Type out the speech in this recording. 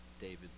David